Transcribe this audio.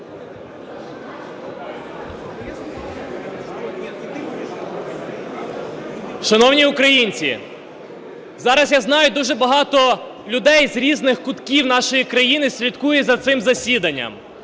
Шановні українці, зараз, я знаю, дуже багато людей з різних кутків нашої країни слідкує за цим засіданням,